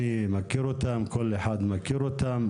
אבל אני וכל אחד אחר מכירים אותן.